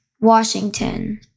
Washington